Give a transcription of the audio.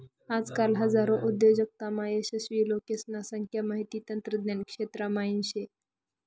आजकाल हजारो उद्योजकतामा यशस्वी लोकेसने संख्या माहिती तंत्रज्ञान क्षेत्रा म्हाईन शे